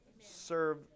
serve